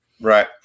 Right